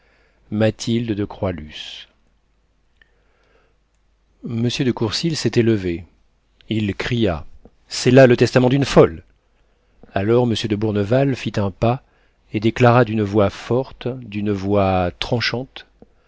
mathilde de croixluce m de courcils s'était levé il cria c'est là le testament d'une folle alors m de bourneval fit un pas et déclara d'une voix forte d'une voix tranchante